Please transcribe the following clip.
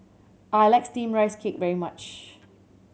I like Steamed Rice Cake very much